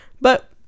but-